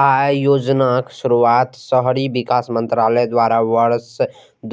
अय योजनाक शुरुआत शहरी विकास मंत्रालय द्वारा वर्ष